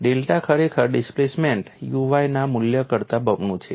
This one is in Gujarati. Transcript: ડેલ્ટા ખરેખર ડિસ્પ્લેસમેંટ uy ના મૂલ્ય કરતા બમણું છે